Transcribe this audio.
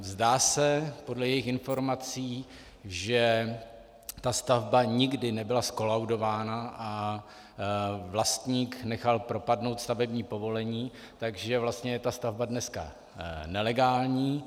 Zdá se podle jejich informací, že ta stavba nikdy nebyla zkolaudována a vlastník nechal propadnout stavební povolení, takže vlastně je ta stavba dneska nelegální.